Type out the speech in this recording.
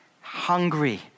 hungry